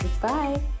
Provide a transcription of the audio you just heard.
Goodbye